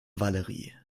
valerie